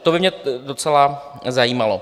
To by mě docela zajímalo.